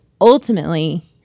ultimately